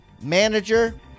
manager